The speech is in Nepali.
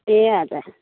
ए हजुर